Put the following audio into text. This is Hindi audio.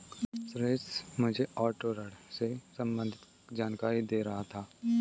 सुरेश मुझे ऑटो ऋण से संबंधित जानकारी दे रहा था